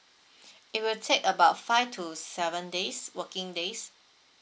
it will take about five to seven days working days